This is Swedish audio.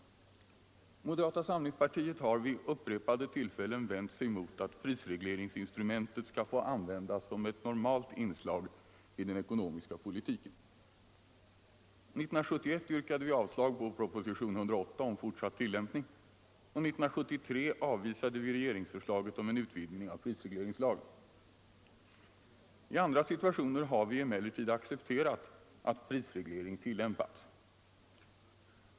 Moderata samlingspartiet har vid upprepade tillfällen vänt sig mot att prisregleringsinstrumentet skall få användas som ett normalt inslag i den ekonomiska politiken. År 1971 yrkade vi avslag på propositionen 108 om fortsatt tillämpning och år 1973 avvisade vi regeringsförslaget om en utvidgning av prisregleringslagen. I andra situationer har vi emellertid accepterat att prisreglering tillämpas.